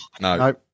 No